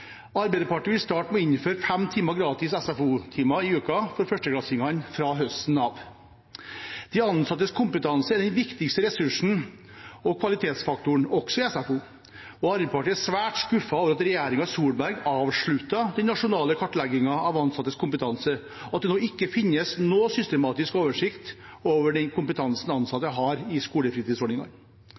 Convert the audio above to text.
Arbeiderpartiet vil starte med å innføre fem timer gratis SFO i uka for 1.-klassingene fra høsten av. De ansattes kompetanse er den viktigste ressursen og kvalitetsfaktoren, også i SFO. Arbeiderpartiet er svært skuffet over at regjeringen Solberg avsluttet den nasjonale kartleggingen av ansattes kompetanse, og at det nå ikke finnes noen systematisk oversikt over